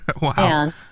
Wow